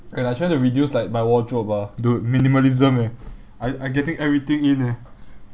and I trying to reduce like my wardrobe ah dude minimalism eh I I getting everything in eh